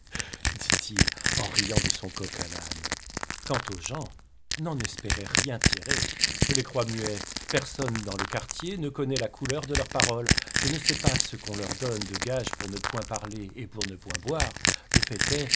dit-il en riant de son coq-à-l'âne quant aux gens n'en espérez rien tirer je les crois muets personne dans le quartier ne connaît la couleur de leurs paroles je ne sais pas ce qu'on leur donne de gages pour ne point parler et pour ne point boire le fait est